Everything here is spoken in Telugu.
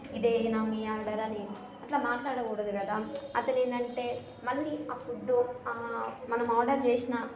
ఇదేనా మీ ఆర్డర్ అని అట్లా మాట్లాడకూడదు కదా అతను ఏంటంటే మళ్ళీ ఆ ఫుడ్డు మనం ఆర్డర్ చేసిన